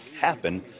happen